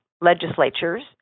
legislatures